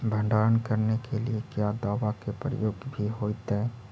भंडारन करने के लिय क्या दाबा के प्रयोग भी होयतय?